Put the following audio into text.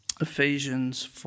Ephesians